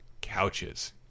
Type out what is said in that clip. couches